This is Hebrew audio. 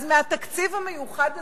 אז מהתקציב המיוחד הזה,